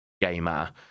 gamer